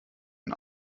ein